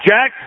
Jack